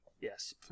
Yes